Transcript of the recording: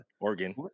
Oregon